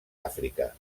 àfrica